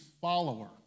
follower